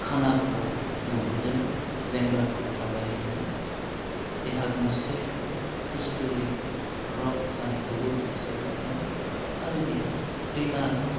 खानाखौ नुहोदों लेंग्राखौ थाबायहोदों देहा गंसे खुस्थुरि रक जानायखौबो बियो सोखादों आरो बियो थैनाय